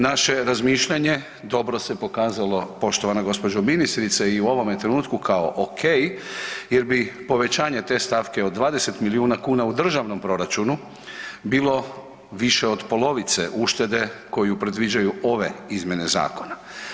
Naše razmišljanje dobro se pokazalo poštovana gospođo ministrice i u ovome trenutku kao ok, jer bi povećanje te stavke od 20 milijuna kuna u državnom proračunu bilo više od polovice uštede koje predviđaju ove izmjene zakona.